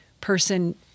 person